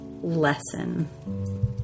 Lesson